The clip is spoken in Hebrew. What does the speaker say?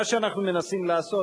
מה שאנחנו מנסים לעשות.